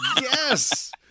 Yes